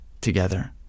together